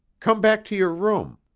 come back to your room.